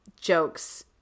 jokes